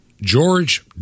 George